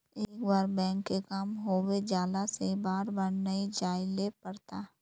एक बार बैंक के काम होबे जाला से बार बार नहीं जाइले पड़ता?